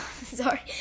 sorry